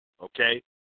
okay